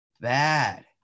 bad